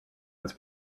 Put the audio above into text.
this